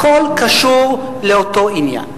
הכול קשור לאותו עניין.